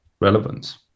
relevance